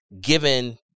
given